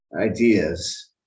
ideas